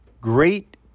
great